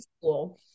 school